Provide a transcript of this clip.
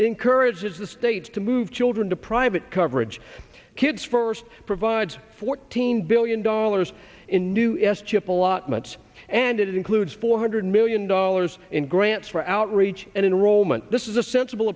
encourages the states to move children to private coverage kids first provides fourteen billion dollars in new s chip allotments and it includes four hundred million dollars in grants for outreach and enrollment this is a sensible